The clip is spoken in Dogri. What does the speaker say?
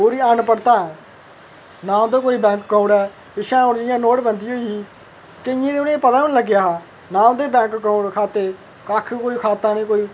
क्योंकि अनपढ़ता ऐ नां उंदे कोल बैंक ऐकांउट ऐ पिच्छै हून जि'यां नोट बंधी होई गेई केंइयें ई ते उ'नेंई पता गै नि लग्गेआ हा नां उंदे बैंक अकाउंट खाते कक्ख कोई खाता निं नां कोई